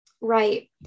Right